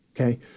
okay